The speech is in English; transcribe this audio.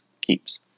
keeps